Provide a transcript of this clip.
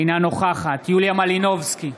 אינה נוכחת יוליה מלינובסקי,